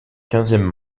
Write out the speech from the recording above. quinzième